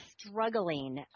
struggling